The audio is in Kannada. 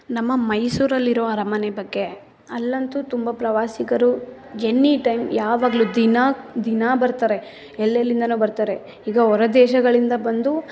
ನಮ್ಮ ಮೈಸೂರಲ್ಲಿರೋ ಅರಮನೆ ಬಗ್ಗೆ ಅಲ್ಲಂತೂ ತುಂಬ ಪ್ರವಾಸಿಗರು ಎನಿಟೈಮ್ ಯಾವಾಗಲೂ ದಿನಾ ದಿನಾ ಬರ್ತಾರೆ ಎಲ್ಲೆಲ್ಲಿಂದಲೋ ಬರ್ತಾರೆ ಈಗ ಹೊರದೇಶಗಳಿಂದ ಬಂದು